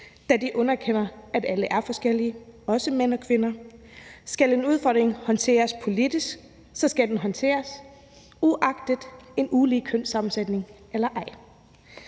da det underkender, at alle er forskellige, også mænd og kvinder. Skal en udfordring håndteres politisk, skal den håndteres, uagtet om der er en ulige kønssammensætning eller ej.